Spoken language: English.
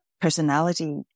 personality